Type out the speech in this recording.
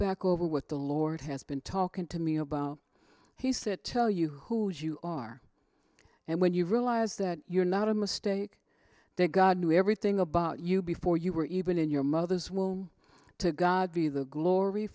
back over what the lord has been talking to me about he said tell you who you are and when you realize that you're not a mistake that god knew everything about you before you were even in your mother's will to god be the glory